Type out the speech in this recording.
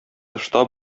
тышта